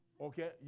Okay